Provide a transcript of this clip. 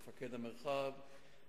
מפקד המרחב,